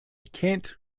can’t